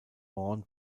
vaughan